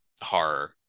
horror